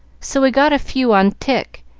so we got a few on tick,